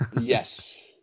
Yes